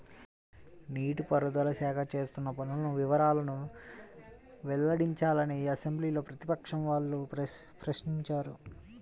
నీటి పారుదల శాఖ చేస్తున్న పనుల వివరాలను వెల్లడించాలని అసెంబ్లీలో ప్రతిపక్షం వాళ్ళు ప్రశ్నించారు